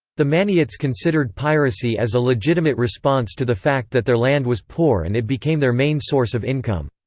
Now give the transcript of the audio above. the maniots considered piracy as a legitimate response to the fact that their land was poor and it became their main source of income.